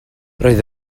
roedd